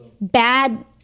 bad